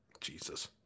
Jesus